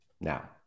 Now